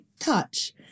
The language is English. touch